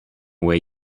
where